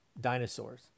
dinosaurs